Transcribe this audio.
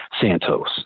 Santos